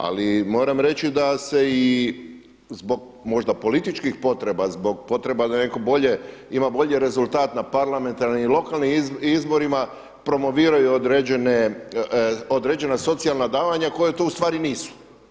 Ali moram reći da se i zbog možda političkih potreba, zbog potreba da netko ima bolji rezultat na parlamentarnim i lokalnim izborima promoviraju određena socijalna davanja koja to u stvari nisu.